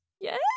yes